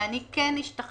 ואני כן השתכנעתי